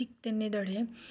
ঠিক তেনেদৰে